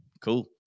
Cool